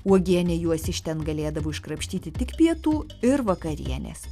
uogienė juos iš ten galėdavo iškrapštyti tik pietų ir vakarienės